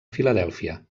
filadèlfia